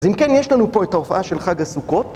אז אם כן, יש לנו פה את ההופעה של חג הסוכות.